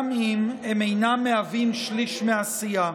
גם אם הם אינם מהווים שליש מהסיעה.